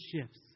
shifts